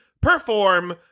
perform